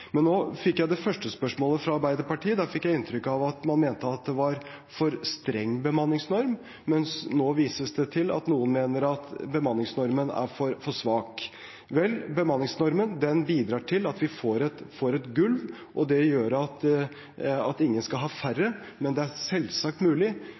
fikk i det første spørsmålet fra Arbeiderpartiet inntrykk av at man mente det var for streng bemanningsnorm, mens nå vises det til at noen mener at bemanningsnormen er for svak. Vel, bemanningsnormen bidrar til at vi får et «gulv» – det gjør at ingen skal ha færre. Men det er selvsagt mulig